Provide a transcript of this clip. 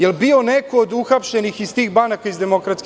Da li je bio neko od uhapšenih iz tih banaka iz DS?